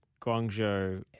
Guangzhou